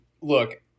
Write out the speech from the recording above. Look